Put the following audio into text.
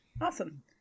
Awesome